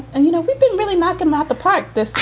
and you know, we've been really knocking about the part that,